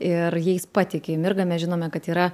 ir jais patiki mirga mes žinome kad yra